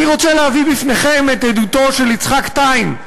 אני רוצה להביא בפניכם את עדותו של יצחק טיים,